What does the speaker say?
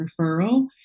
referral